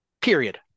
Period